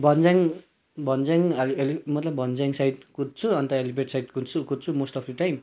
भञ्ज्याङ भञ्ज्याङ ह्याली मतलब भञ्ज्याङ साइड कुद्छु अन्त ह्यालीप्याड साइड कुद्छु कुद्छु मोस्ट अफ द टाइम